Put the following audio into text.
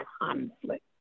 conflict